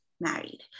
married